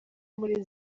muri